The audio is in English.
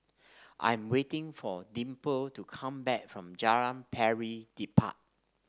I'm waiting for Dimple to come back from Jalan Pari Dedap